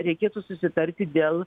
reikėtų susitarti dėl